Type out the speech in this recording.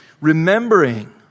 remembering